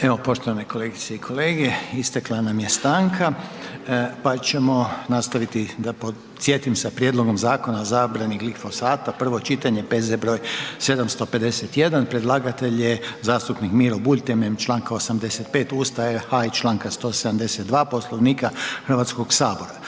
Evo poštovane kolegice i kolege, istakla nam je stanka pa ćemo nastaviti da podsjetim sa Prijedlogom zakona o zabrani glifosata, prvo čitanjem P. Z. broj 751, predlagatelj je zastupnik Miro Bulj temeljem članka 58. Ustava RH i članka 172. Poslovnika Hrvatskog sabora.